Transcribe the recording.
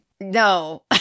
no